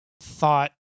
thought